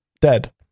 dead